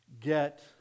get